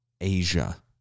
Asia